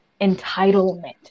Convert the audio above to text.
entitlement